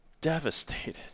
devastated